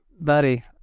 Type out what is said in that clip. Buddy